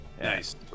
nice